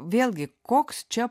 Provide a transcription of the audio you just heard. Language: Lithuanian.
vėlgi koks čia